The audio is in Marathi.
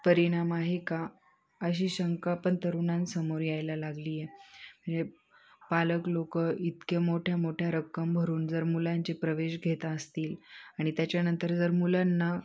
परिणाम आहे का अशी शंका पण तरुणांसमोर यायला लागली आहे म्हणजे पालक लोकं इतके मोठ्या मोठ्या रक्कम भरून जर मुलांचे प्रवेश घेत असतील आणि त्याच्यानंतर जर मुलांना